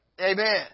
Amen